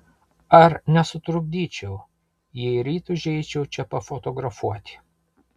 ar nesutrukdyčiau jei ryt užeičiau čia pafotografuoti